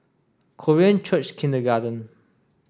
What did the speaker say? Korean Church Kindergarten